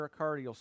pericardial